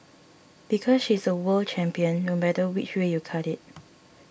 because she's a world champion no matter which way you cut it